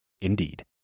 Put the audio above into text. Indeed